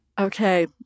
Okay